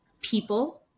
people